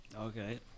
Okay